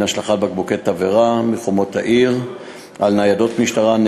השלכת בקבוקי תבערה מחומות העיר על ניידות משטרה.